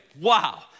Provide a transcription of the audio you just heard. Wow